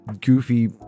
goofy